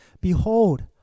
Behold